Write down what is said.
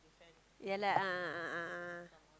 ya lah a'ah a'ah a'ah